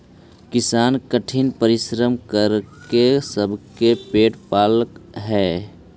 किसान कठिन परिश्रम करके सबके पेट पालऽ हइ